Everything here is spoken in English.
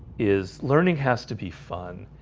is learning has to be fun.